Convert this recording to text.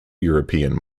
european